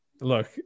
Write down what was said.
look